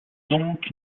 donc